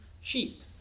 sheep